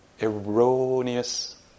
erroneous